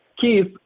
Keith